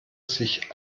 sich